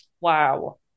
wow